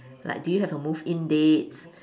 like do you have a move-in date